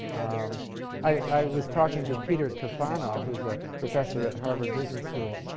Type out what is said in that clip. um i was talking to peter tufano, who's a professor at harvard business school,